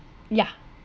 yeah